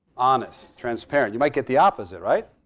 honest, transparent. you might get the opposite, right?